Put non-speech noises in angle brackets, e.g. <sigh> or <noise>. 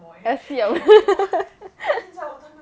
<laughs>